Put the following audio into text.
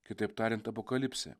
kitaip tariant apokalipsę